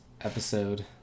episode